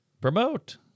Promote